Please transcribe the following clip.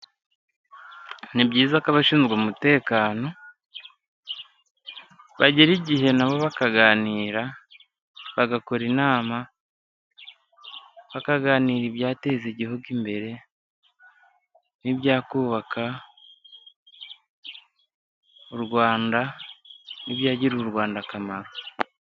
Ni byiza ko abashinzwe umutekano, bagera igihe nabo bakaganira, bagakora inama bakaganira ibyateza igihugu imbere, n'ibya kubaka u Rwanda, n'ibyagirira u Rwanda akamaro.